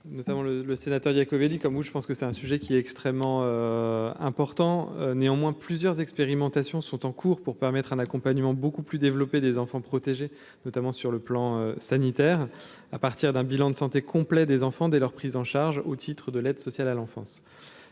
Notamment le le sénateur Iacovelli comme vous, je pense que c'est un sujet qui est extrêmement important, néanmoins plusieurs expérimentations sont en cours pour permettre un accompagnement beaucoup plus développé des enfants protégés, notamment sur le plan sanitaire à partir d'un bilan de santé complet des enfants dès leur prise en charge au titre de l'aide sociale à l'enfance